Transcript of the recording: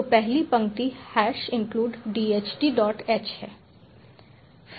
तो पहली पंक्ति हैश इंक्लूड DHTh है